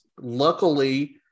Luckily